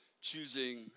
choosing